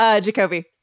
Jacoby